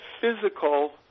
physical